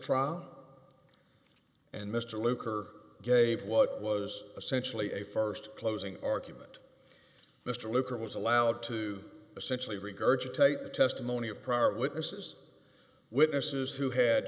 trial and mr luker gave what was essentially a st closing argument mr luker was allowed to essentially regurgitate the testimony of prior witnesses witnesses who had